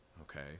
okay